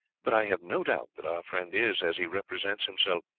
but i have no doubt that our friend is, as he represents himself,